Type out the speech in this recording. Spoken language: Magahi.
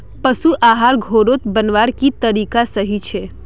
पशु आहार घोरोत बनवार की तरीका सही छे?